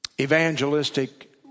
evangelistic